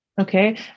okay